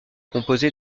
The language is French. composé